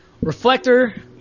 Reflector